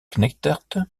knettert